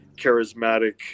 charismatic